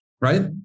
right